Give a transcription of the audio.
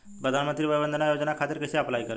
प्रधानमंत्री वय वन्द ना योजना खातिर कइसे अप्लाई करेम?